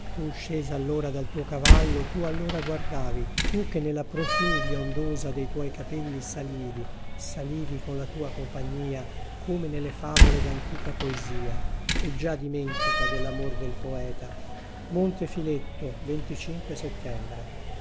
tu scesa allora dal tuo cavallo tu allora guardavi tu che nella profluvie ondosa dei tuoi capelli salivi salivi con la tua compagnia come nelle favole d'antica poesia e già dimentica dell'amor del poeta onte iletto ettembre